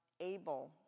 able